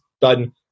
done